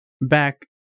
back